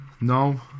No